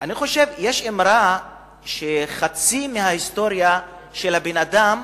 אני חושב, יש אמרה שחצי מההיסטוריה של הבן-אדם,